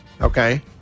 Okay